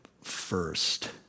first